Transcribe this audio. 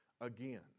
again